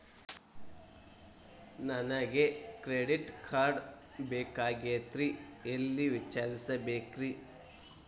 ನನಗೆ credit card ಬೇಕಾಗಿತ್ರಿ ಎಲ್ಲಿ ವಿಚಾರಿಸಬೇಕ್ರಿ?